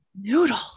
Noodle